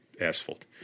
asphalt